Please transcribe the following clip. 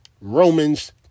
Romans